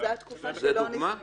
זו דוגמה?